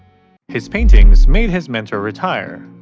his paintings made his mentor retire.